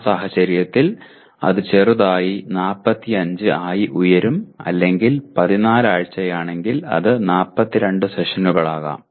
ആ സാഹചര്യത്തിൽ അത് ചെറുതായി 45 ആയി ഉയരും അല്ലെങ്കിൽ 14 ആഴ്ചയാണെങ്കിൽ അത് 42 സെഷനുകളാകാം